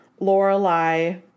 Lorelai